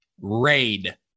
Raid